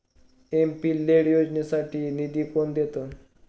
MP LAD योजनेसाठी निधी कोण देतं?